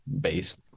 based